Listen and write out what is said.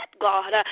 God